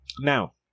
Now